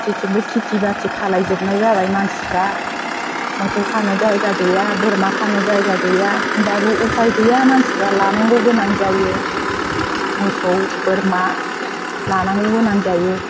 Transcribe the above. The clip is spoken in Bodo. जेथिंबो खेथि बाथि खालामजोबनाय जाबाय मानसिफोरा मोसौ खानो जायगा गैया बोरमा खानो जायगा गैया होनबाबो उफाय गैया मानसिफोरा लानांगौ गोनां जायो मोसौ बोरमा लानांगौ गोनां जायो